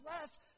less